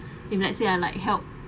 in let's say I like help